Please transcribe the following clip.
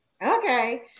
Okay